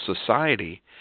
Society